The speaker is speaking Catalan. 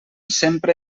sempre